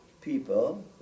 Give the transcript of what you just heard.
people